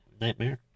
Nightmare